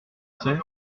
sait